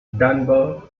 dunbar